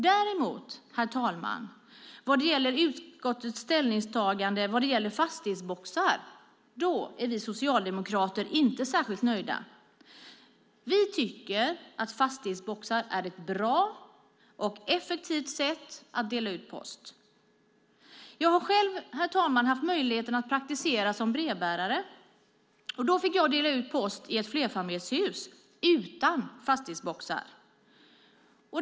När det däremot gäller utskottets ställningstagande beträffande fastighetsboxar är vi socialdemokrater inte särskilt nöjda. Vi tycker att fastighetsboxar är ett bra och effektivt sätt att dela ut post. Jag har själv haft möjlighet att praktisera som brevbärare. Då fick jag dela ut post i ett flerfamiljshus utan fastighetsboxar.